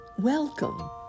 Welcome